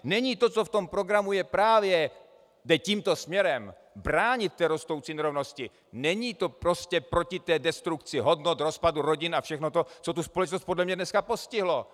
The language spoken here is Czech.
Není to, co v tom programu jde tímto směrem, bránit té rostoucí nerovnosti, není to prostě proti té destrukci hodnot, rozpadu rodin a všechno to, co tu společnost podle mne dneska postihlo?